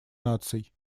наций